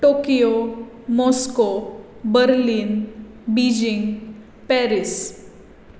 Tokyo Moscow Berlin Beijing Paris